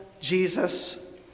Jesus